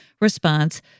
response